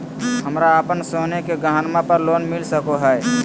हमरा अप्पन सोने के गहनबा पर लोन मिल सको हइ?